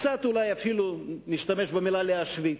קצת אולי אפילו נשתמש במלה "להשוויץ".